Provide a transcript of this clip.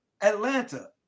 Atlanta